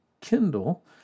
Kindle